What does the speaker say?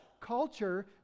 culture